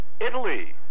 Italy